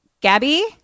Gabby